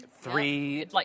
three